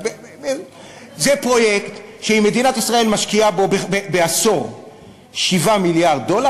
זה פרויקט שאם מדינת ישראל משקיעה בו בעשור 7 מיליארד דולר,